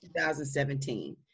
2017